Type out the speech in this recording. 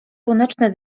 słoneczne